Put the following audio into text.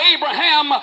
Abraham